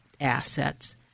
assets